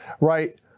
right